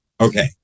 okay